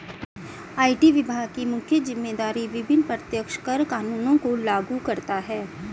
IT विभाग की मुख्य जिम्मेदारी विभिन्न प्रत्यक्ष कर कानूनों को लागू करता है